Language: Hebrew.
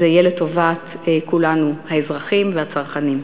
וזה יהיה לטובת כולנו, האזרחים והצרכנים.